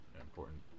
important